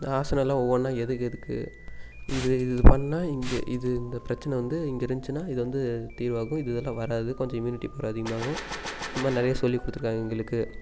ஆசனோல்லா எதுக்கு எதுக்கு இது இது பண்ணால் இங்கே இது இந்த பிரெச்சனை வந்து இங்கிருச்சுனால் இது வந்து தீர்வாகும் இது இதுலாம் வராது கொஞ்சம் இம்யூனிட்டி பவர் அதிகமாகும் இது மாதிரி நிறைய சொல்லிக் கொடுத்துருக்காங்க எங்களுக்கு